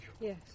Yes